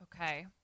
Okay